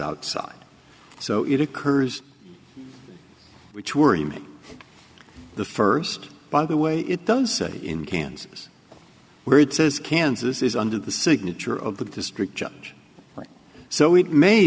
outside so it occurs which worry me the first by the way it goes in kansas where it says kansas is under the signature of the district